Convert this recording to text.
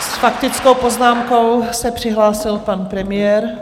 S faktickou poznámkou se přihlásil pan premiér.